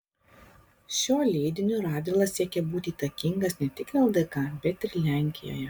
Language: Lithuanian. šiuo leidiniu radvila siekė būti įtakingas ne tik ldk bet ir lenkijoje